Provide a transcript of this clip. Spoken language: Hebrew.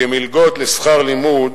כמלגות לשכר לימוד,